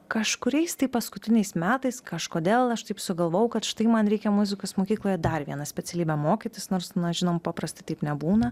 kažkuriais tai paskutiniais metais kažkodėl aš taip sugalvojau kad štai man reikia muzikos mokykloje dar vieną specialybę mokytis nors na žinoma paprastai taip nebūna